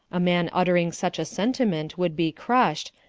a man uttering such a sentiment would be crushed,